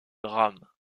drames